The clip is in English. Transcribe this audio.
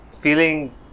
feeling